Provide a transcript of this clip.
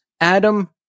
Adam